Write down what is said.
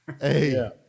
Hey